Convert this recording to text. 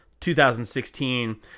2016